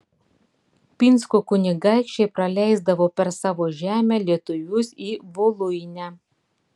pinsko kunigaikščiai praleisdavo per savo žemę lietuvius į voluinę